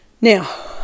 Now